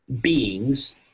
Beings